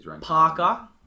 Parker